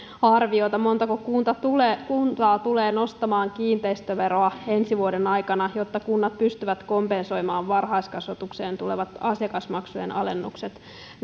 arviota montako kuntaa tulee kuntaa tulee nostamaan kiinteistöveroa ensi vuoden aikana jotta kunnat pystyvät kompensoimaan varhaiskasvatukseen tulevat asiakasmaksujen alennukset